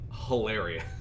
Hilarious